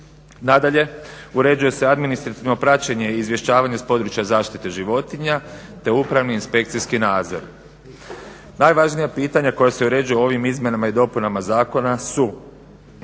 Nadalje uređuje se administrativno praćenje izvješćivanje s područja zaštite životinja te upravni inspekcijski nadzor. Najvažnija pitanja koja se uređuju ovim izmjenama i dopunama zakona su: